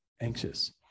anxious